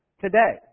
today